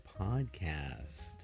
Podcast